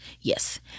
Yes